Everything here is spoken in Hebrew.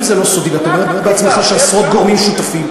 אם זה לא סודי ואתה אומר בעצמך שעשרות גורמים שותפים,